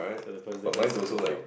so the first difference is in the top